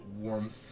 warmth